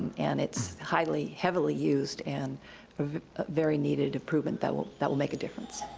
and it's highly, heavily used, and a very needed improvement that will that will make a difference.